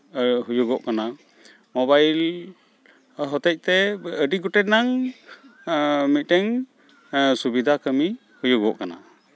ᱦᱩᱭᱩᱜᱚᱜ ᱠᱟᱱᱟ ᱢᱳᱵᱟᱭᱤᱞ ᱦᱚᱛᱮᱡ ᱛᱮ ᱟᱹᱰᱤ ᱜᱚᱴᱮᱱᱟᱝ ᱢᱤᱫᱴᱮᱝ ᱥᱩᱵᱤᱫᱟ ᱠᱟᱹᱢᱤ ᱦᱩᱭᱩᱜᱚᱜ ᱠᱟᱱᱟ